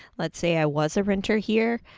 let's say i was a renter here,